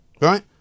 right